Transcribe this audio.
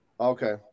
Okay